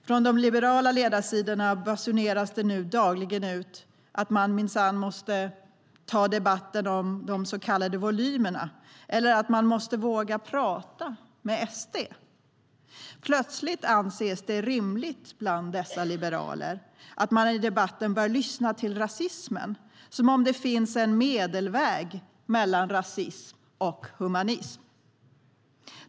Från de liberala ledarsidorna basuneras det nu dagligen ut att man minsann måste ta debatten om de så kallade volymerna eller att man måste våga prata med SD.Plötsligt anses det rimligt bland dessa liberaler att man i debatten bör lyssna till rasismen, som om det finns en medelväg mellan rasism och humanism.